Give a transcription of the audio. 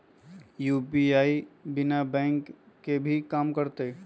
UPI बिना bank के भी कम करतै?